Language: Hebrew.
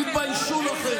תתביישו לכם.